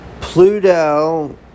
Pluto